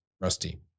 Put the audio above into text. Rusty